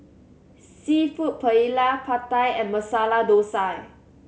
Seafood Paella Pad Thai and Masala Dosa